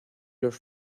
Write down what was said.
los